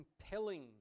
compelling